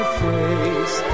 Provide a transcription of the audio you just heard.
face